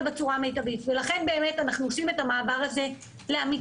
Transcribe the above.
בצורה המיטבית ולכן באמת אנחנו עושים את המעבר הזה לעמיתים,